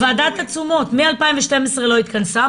ועדת התשומות מ-2012 לא התכנסה.